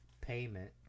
payment